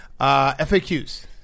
FAQs